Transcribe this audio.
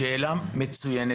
זו שאלה מצוינת.